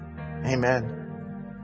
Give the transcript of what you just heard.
Amen